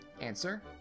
Answer